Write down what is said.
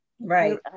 Right